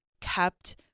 kept